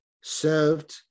served